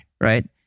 right